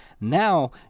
Now